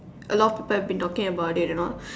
a lot of people have been talking about it and all